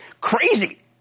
Crazy